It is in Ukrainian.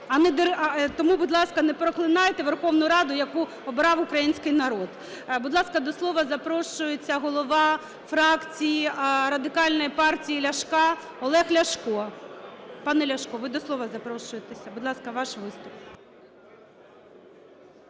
Тому, будь ласка, не проклинайте Верховну Раду, яку обирав український народ. Будь ласка, до слова запрошується голова фракції Радикальної партії Ляшка Олег Ляшко. Пане Ляшко, ви до слова запрошуєтесь. Будь ласка, ваш виступ.